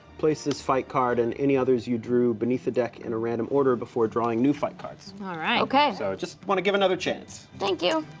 place this fight card and any others you drew beneath the deck in a random order before drawing new fight cards. alright. okay. so just wanna give another chance. thank you,